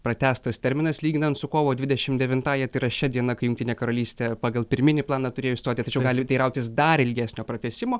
pratęstas terminas lyginant su kovo dvidešim devintąja tai yra šia diena kai jungtinė karalystė pagal pirminį planą turėjo išstoti tačiau gali teirautis dar ilgesnio pratęsimo